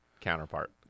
counterpart